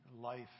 life